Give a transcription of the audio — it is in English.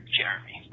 Jeremy